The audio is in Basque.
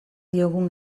diogun